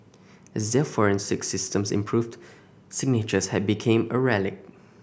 as their forensic systems improved signatures had became a relic